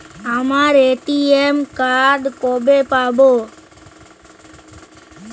আমার ATM card কবে পাব?